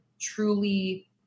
truly